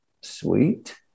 Sweet